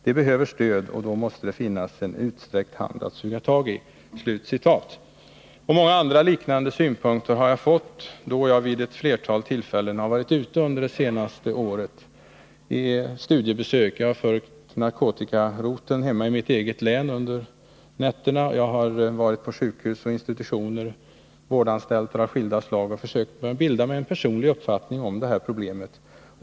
De behöver stöd och då måste det finnas en utsträckt hand att suga tag i” Många andra och liknande synpunkter har jag tagit del av, då jag vid ett flertal tillfällen under det senaste året har varit ute på studiebesök. Jag har följt narkotikaroteln i mitt eget län under nätterna, jag har varit på sjukhus och institutioner samt vårdanstalter av skilda slag, där jag har försökt bilda mig en personlig uppfattning om detta problem.